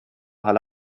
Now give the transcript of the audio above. halle